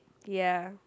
ya